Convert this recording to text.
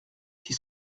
qui